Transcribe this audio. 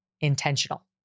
intentional